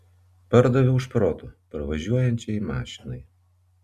pardaviau šprotų pravažiuojančiai mašinai